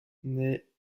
naît